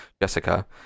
Jessica